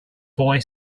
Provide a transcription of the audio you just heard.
boy